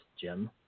Jim